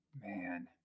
Man